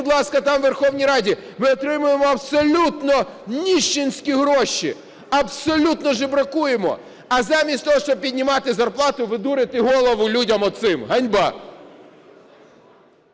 будь ласка, там у Верховній Раді, що ми отримаємо абсолютно нищенские гроші, абсолютно жебракуємо". А замість того, щоб піднімати зарплату, ви дурите голову людям оцим. Ганьба!